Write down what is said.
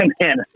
man